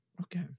Okay